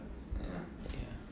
ya